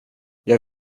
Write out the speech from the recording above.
jag